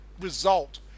result